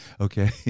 Okay